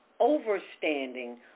overstanding